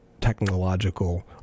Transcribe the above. technological